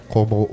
Como